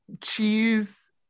Cheese